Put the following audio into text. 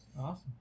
awesome